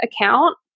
account